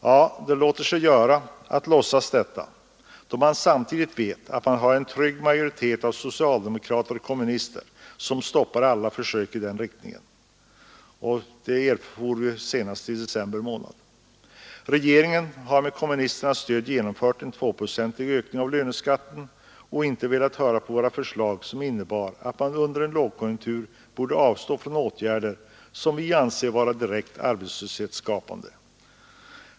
Ja, det låter sig göra att låtsas detta, då man samtidigt vet att man har en trygg majoritet av socialdemokrater och kommunister, som stoppar alla försök i den riktningen — något som vi erfor senast i slutet av förra året. Regeringen har med kommunisternas stöd genomfört en tvåprocentig ökning av löneskatten och inte velat höra på våra förslag, som innebar att man under en lågkonjunktur borde avstå från åtgärder som varit direkt arbetslöshetsskapande.